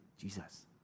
Jesus